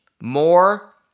more